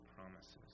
promises